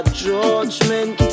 judgment